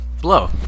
Blow